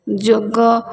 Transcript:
ଯୋଗ